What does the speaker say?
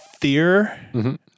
Fear